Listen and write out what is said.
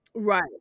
right